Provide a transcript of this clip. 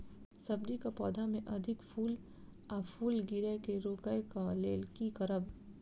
सब्जी कऽ पौधा मे अधिक फूल आ फूल गिरय केँ रोकय कऽ लेल की करब?